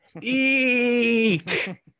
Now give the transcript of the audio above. eek